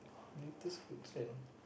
Little Hudson